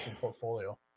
portfolio